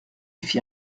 fit